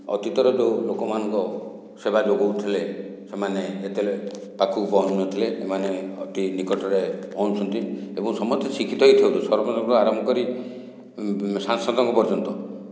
ଅତୀତରେ ଯେଉଁ ଲୋକମାନଙ୍କ ସେବା ଯୋଗାଉଥିଲେ ସେମାନେ ଯେତେବେଳେ ପାଖକୁ ପହଞ୍ଚୁନଥିଲେ ଏମାନେ ଅତି ନିକଟରେ ପହଞ୍ଚୁଛନ୍ତି ଏବଂ ସମସ୍ତେ ଶିକ୍ଷିତ ହୋଇଥିବାରୁ ସରପଞ୍ଚଙ୍କଠୁ ଆରମ୍ଭ କରି ସାଂସଦଙ୍କ ପର୍ଯ୍ୟନ୍ତ